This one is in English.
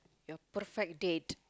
your perfect date